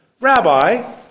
Rabbi